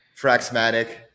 Fraxmatic